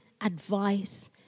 advice